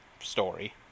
story